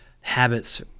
habits